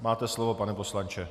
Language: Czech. Máte slovo, pane poslanče.